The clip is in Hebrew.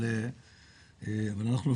אבל אנחנו,